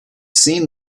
seen